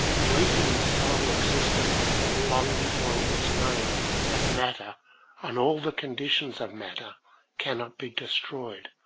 belief in the soul existed long before it was known that matter and all the conditions of matter cannot be destroyed,